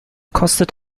kostet